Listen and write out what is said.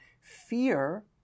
fear